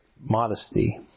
modesty